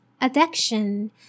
addiction